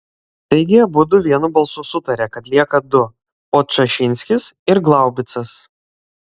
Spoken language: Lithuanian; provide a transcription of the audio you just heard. taigi abudu vienu balsu sutarė kad lieka du podčašinskis ir glaubicas